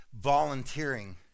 volunteering